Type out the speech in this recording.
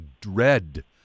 dread